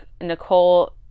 Nicole